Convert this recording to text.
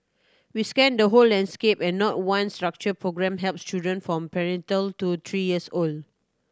we scanned the whole landscape and not one structured programme helps children from prenatal to three years old